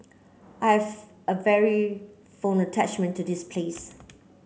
I have a very fond attachment to this place